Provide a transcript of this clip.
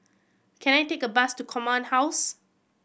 can I take a bus to Command House